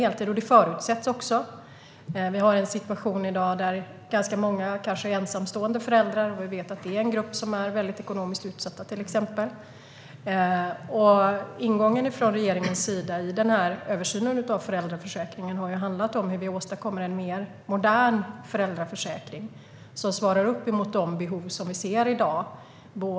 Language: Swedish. Det förutsätts också. I dag är ganska många föräldrar ensamstående. Vi vet att det är en grupp som är ekonomiskt utsatt, till exempel. Regeringens ingång i översynen av föräldraförsäkringen har handlat om hur vi ska åstadkomma en mer modern föräldraförsäkring som svarar upp emot de behov vi ser i dag.